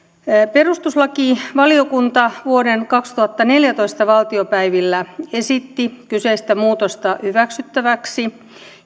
perustuslakivaliokunta vuoden kaksituhattaneljätoista valtiopäivillä esitti kyseistä muutosta hyväksyttäväksi